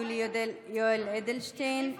יולי יואל אדלשטיין,